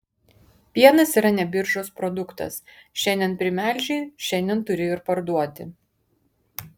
pienas yra ne biržos produktas šiandien primelžei šiandien turi ir parduoti